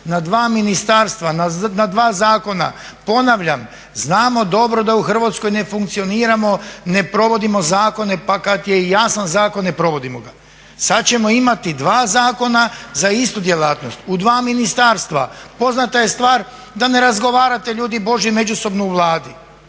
na dva ministarstva, na dva zakona. Ponavljam, znamo dobro da u Hrvatskoj ne funkcioniramo, ne provodimo zakone, pa kada je i jasan zakon ne provodimo ga. Sada ćemo imati dva zakona za istu djelatnost, u dva ministarstva. Poznata je stvar da ne razgovarate ljudi božji međusobno u Vladi,